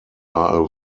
are